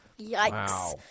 Yikes